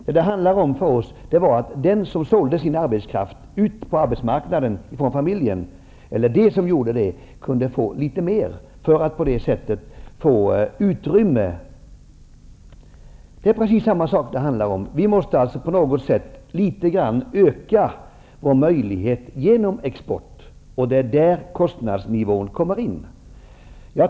Den familjemedlem som säljer sin arbetskraft på arbetsmarknaden utanför familjen kan då få litet mer att förfoga över och på det sättet ett större utrymme. På samma sätt måste vi i Sverige öka våra möjligheter genom export, och det är där som kostnadsnivån kommer in.